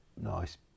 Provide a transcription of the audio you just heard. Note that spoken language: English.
nice